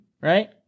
right